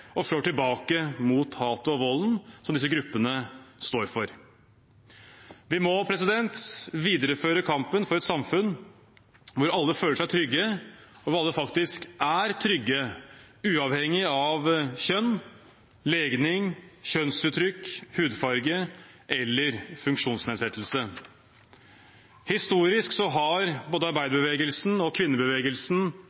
og slår tilbake mot hatet og volden som disse gruppene står for. Vi må videreføre kampen for et samfunn hvor alle føler seg trygge, og hvor alle faktisk er trygge, uavhengig av kjønn, legning, kjønnsuttrykk, hudfarge eller funksjonsnedsettelse. Historisk har både